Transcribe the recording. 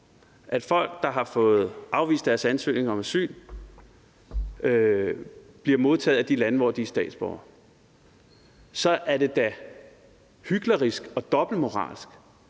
at folk, der har fået afvist deres ansøgning om asyl, bliver modtaget af de lande, hvor de er statsborgere, så er det da hyklerisk og dobbeltmoralsk,